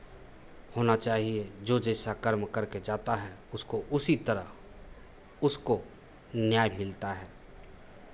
होना चाहिए जो जैसा कर्म कर के जाता है उसको उसी तरह उसको न्याय मिलता है